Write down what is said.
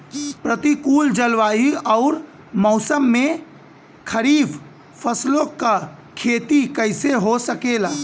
प्रतिकूल जलवायु अउर मौसम में खरीफ फसलों क खेती कइसे हो सकेला?